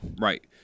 Right